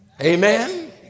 Amen